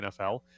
NFL